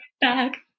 back